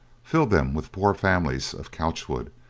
filled them with poor families of couchwood,